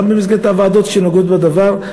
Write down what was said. גם במסגרת הוועדות שנוגעות בדבר,